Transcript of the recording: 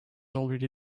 already